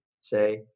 say